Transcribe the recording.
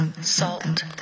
Salt